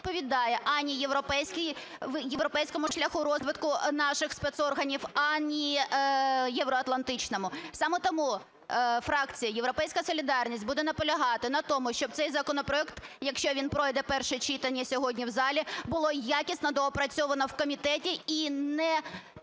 відповідає ані європейському шляху розвитку наших спецорганів, ані євроатлантичному. Саме тому фракція "Європейська солідарність" буде наполягати на тому, щоб цей законопроект, якщо він пройде перше читання сьогодні в залі, було якісно доопрацьовано в комітеті і не